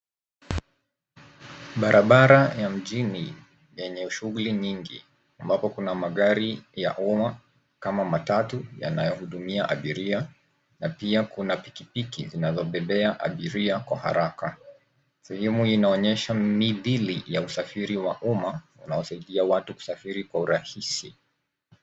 Barabara ya mjini yenye shughuli nyingi. Ambapo kuna magari ya umma kama matatu yanayohudumia abiria na pia kuna pikipiki zinazobebea abiria kwa haraka. Sehemu inaonyesha mithili ya usafiri wa umma unaosaidia watu kusafiri kwa urahisi.